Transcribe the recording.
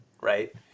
right